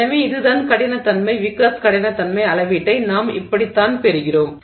எனவே இதுதான் கடினத்தன்மை விக்கர்ஸ் கடினத்தன்மை அளவீட்டை நாம் இப்படித்தான் பெறுகிறோம்